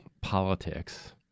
politics